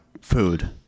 food